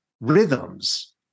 rhythms